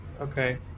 Okay